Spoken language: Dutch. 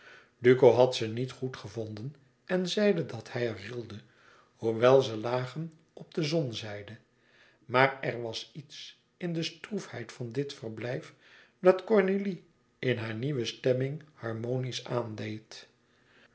duco had ze niet goed gevonden en zeide dat hij er rilde hoewel ze lagen op de zonnezijde maar er was iets in de stroefheid van dit verblijf dat cornélie in hare nieuwe stemming harmonisch aandeed